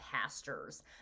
pastors